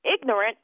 ignorant